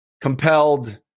compelled